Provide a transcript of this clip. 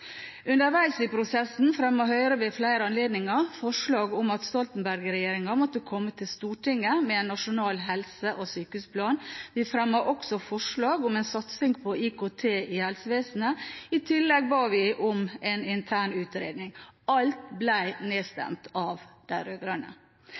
Underveis i prosessen fremmet Høyre ved flere anledninger forslag om at Stoltenberg-regjeringen måtte komme til Stortinget med en nasjonal helse- og sykehusplan. Vi fremmet også forslag om en satsing på IKT i helsevesenet. I tillegg ba vi om en intern utredning. Alt